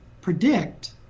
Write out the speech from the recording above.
predict